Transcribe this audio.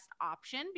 option